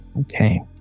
okay